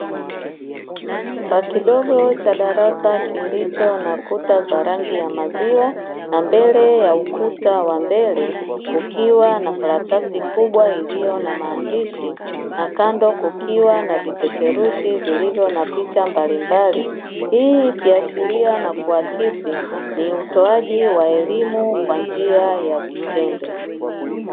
Chumba kidogo cha darasa, kilicho na kuta za rangi ya maziwa na mbele ya ukuta wa mbele, kukiwa na karatasi kubwa iliyo na maandishi na kando kukiwa na vipeperushi vilivyo na picha mbalimbali, hii ikiashiria na kuakisi ni utoaji wa elimu kwa njia ya vitendo.